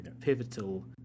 pivotal